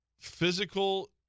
physical